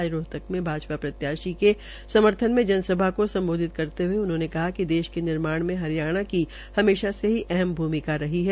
आज रोहतक में भाजपा प्रत्याशी के समर्थन में जनसभा को संबोधित करते हये कहा कि देश के निर्माण में हरियाणा की हमेशा से ही अहम भूमिका रही है